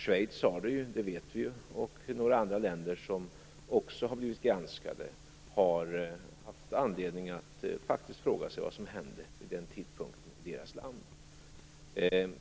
Schweiz har det ju, det vet vi ju, och även några andra länder som också har blivit granskade har haft anledning att fråga sig vad som faktiskt hände vid den tidpunkten i landet.